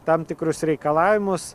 tam tikrus reikalavimus